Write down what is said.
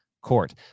Court